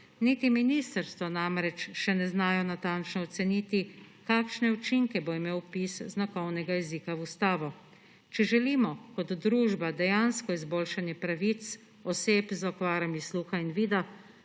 Niti ministrstva namreč še ne znajo natančno oceniti, kakšne učinke bo imel vpis znakovnega jezika v ustavo. Če želimo kot družba dejansko izboljšanje pravic oseb z okvarami sluha in vida,